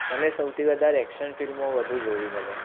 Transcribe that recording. મને સૌથી વધારે એક્શન ફિલ્મો વધુ જોવી ગમે